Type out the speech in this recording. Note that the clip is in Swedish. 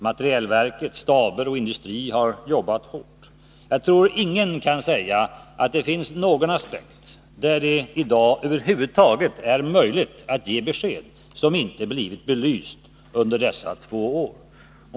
Materielverket, staber och industri har jobbat hårt. Jag tror ingen kan säga att det finns någon aspekt — där det i dag över huvud är möjligt att ge besked — som inte blivit belyst under dessa två år.